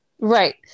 right